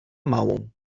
małą